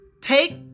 take